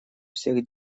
всех